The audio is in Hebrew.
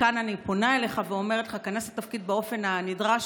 מכאן אני פונה אליך ואומרת לך: תיכנס לתפקיד באופן הנדרש,